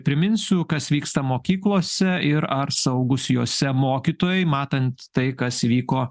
priminsiu kas vyksta mokyklose ir ar saugūs jose mokytojai matant tai kas įvyko